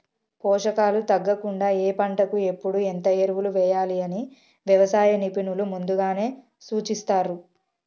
పోషకాలు తగ్గకుండా ఏ పంటకు ఎప్పుడు ఎంత ఎరువులు వేయాలి అని వ్యవసాయ నిపుణులు ముందుగానే సూచిస్తారు